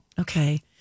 Okay